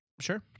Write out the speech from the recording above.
Sure